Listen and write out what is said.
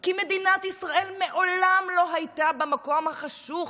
כי מדינת ישראל מעולם לא הייתה במקום החשוך